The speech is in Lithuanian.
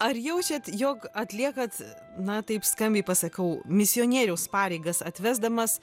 ar jaučiat jog atliekat na taip skambiai pasakau misionieriaus pareigas atvesdamas